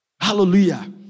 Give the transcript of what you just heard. Hallelujah